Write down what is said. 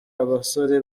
abasore